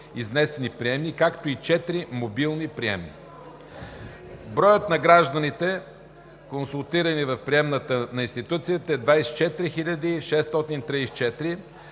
изнесени приемни, както и 4 мобилни приемни. Броят на гражданите, консултирани в приемната на институцията, е 24 634,